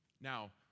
Now